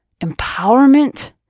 empowerment